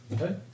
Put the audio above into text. Okay